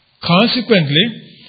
Consequently